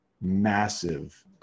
massive